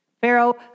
Pharaoh